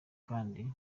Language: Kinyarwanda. kandi